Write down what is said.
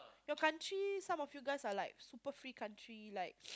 your countries some of you guys are like super free country like